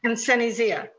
and sunny zia?